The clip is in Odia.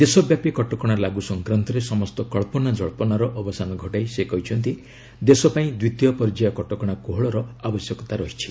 ଦେଶବ୍ୟାପୀ କଟକଣା ଲାଗୁ ସଂକ୍ରାନ୍ତରେ ସମସ୍ତ କନ୍ଧନାଜଳ୍ପନାର ଅବସାନ ଘଟାଇ ସେ କହିଛନ୍ତି ଦେଶ ପାଇଁ ଦ୍ୱିତୀୟ ପର୍ଯ୍ୟାୟର କଟକଣା କୋହଳର ଆବଶ୍ୟକତା ରହିଛି